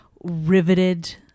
riveted